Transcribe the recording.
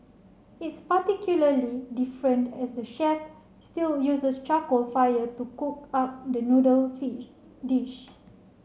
it's particularly different as the chef still uses charcoal fire to cook up the noodle dish